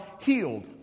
healed